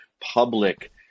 public